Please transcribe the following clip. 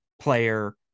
player